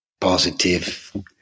positive